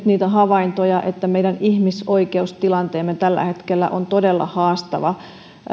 niitä havaintoja että meidän ihmisoikeustilanteemme tällä hetkellä on todella haastava